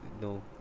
no